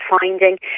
finding